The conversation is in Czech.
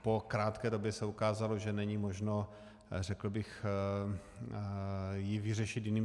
Po krátké době se ukázalo, že není možno, řekl bych, ji vyřešit jiným způsobem.